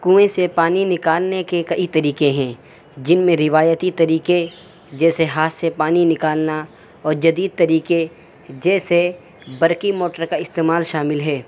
کنویں سے پانی نکالنے کے کئی طریقے ہیں جن میں روایتی طریقے جیسے ہاتھ سے پانی نکالنا اور جدید طریقے جیسے برقی موٹر کا استعمال شامل ہے